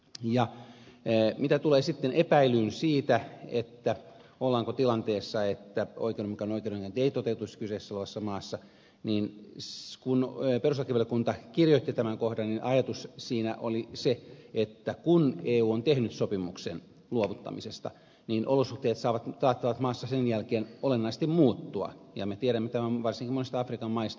ja mitä tulee sitten epäilyyn siitä ollaanko tilanteessa että oikeudenmukainen oikeudenkäynti ei toteutuisi kyseessä olevassa maassa niin kun perustuslakivaliokunta kirjoitti tämän kohdan ajatus siinä oli se että kun eu on tehnyt sopimuksen luovuttamisesta olosuhteet saattavat maassa sen jälkeen olennaisesti muuttua ja me tiedämme tämän varsinkin monista afrikan maista